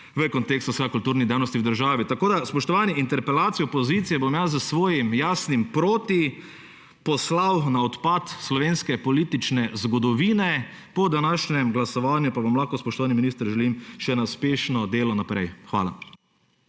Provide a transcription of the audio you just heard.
v kontekstu kulturnih dejavnosti v državi. Spoštovani, interpelacijo opozicije bom jaz s svojim jasnim »proti« poslal na odpad slovenske politične zgodovine. Po današnjem glasovanju pa vam lahko, spoštovani minister, želim uspešno delo še naprej! Hvala.